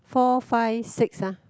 four five six ah